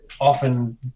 often